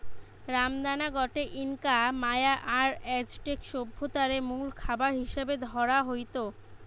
রামদানা গটে Inca, Maya আর অ্যাজটেক সভ্যতারে মুল খাবার হিসাবে ধরা হইত